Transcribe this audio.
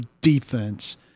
defense